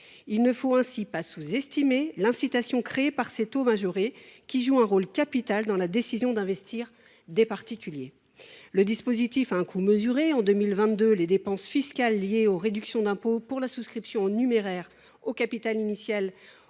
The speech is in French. il ne faut pas sous estimer l’incitation créée par ces taux majorés, qui jouent un rôle capital dans les décisions d’investissement des particuliers. Le dispositif a un coût mesuré. En 2022, les dépenses fiscales liées aux réductions d’impôt pour la souscription en numéraire au capital initial